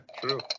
true